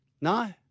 No